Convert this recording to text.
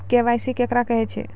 KYC केकरा कहैत छै?